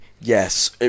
Yes